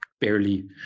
barely